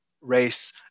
race